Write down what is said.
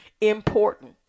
important